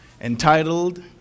entitled